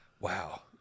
Wow